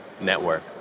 network